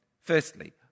Firstly